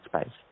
space